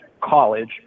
college